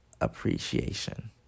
appreciation